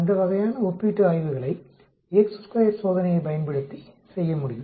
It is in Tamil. அந்த வகையான ஒப்பீட்டு ஆய்வுகளை சோதனையைப் பயன்படுத்தி செய்ய முடியும்